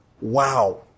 Wow